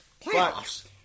Playoffs